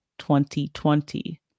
2020